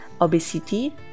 obesity